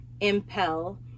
impel